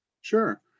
Sure